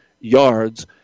yards